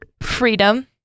freedom